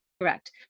correct